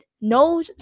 no